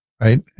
right